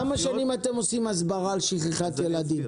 במשך כמה שנים אתם עושים הסברה על מניעת שכחת ילדים?